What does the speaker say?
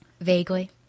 Vaguely